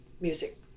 music